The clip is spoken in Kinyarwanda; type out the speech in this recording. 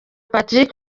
patrick